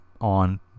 on